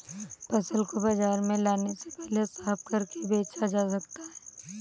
फसल को बाजार में लाने से पहले साफ करके बेचा जा सकता है?